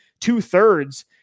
two-thirds